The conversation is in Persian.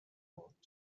بود